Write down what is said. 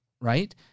right